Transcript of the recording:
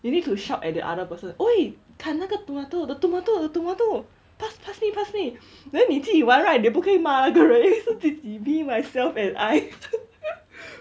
you need to shout at the other person !oi! 砍那个 tomato the tomato the tomato pass pass me pass me then 你自己玩 right 也不可以骂那个人因为是自己 me myself and I